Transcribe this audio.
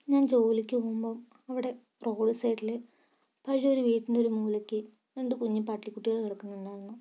ഞാൻ ജോലിക്ക് പോവുമ്പം അവിടെ റോള് സൈഡിൽ പഴയൊരു വീട്ടിന്റെ ഒരു മൂലക്ക് രണ്ട് കുഞ്ഞി പട്ടിക്കുട്ടികൾ കിടക്കുന്നുണ്ടായിരുന്നു